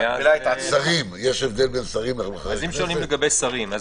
האם יש הבדל בין שרים לחברי כנסת?